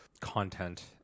content